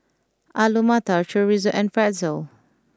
Alu Matar Chorizo and Pretzel